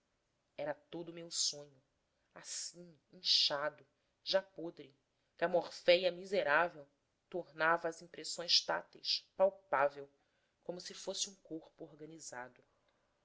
era todo o meu sonho assim inchado já podre que a morféia miserável tornava às impressões táteis palpável como se fosse um corpo organizado